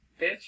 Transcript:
Bitch